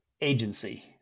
agency